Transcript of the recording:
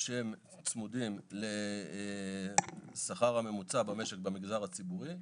שהם צמודים לשכר הממוצע במשק במגזר הציבורי,